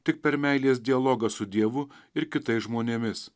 tik per meilės dialogą su dievu ir kitais žmonėmis